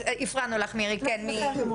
אז כן, הפרענו לך מירי, סליחה.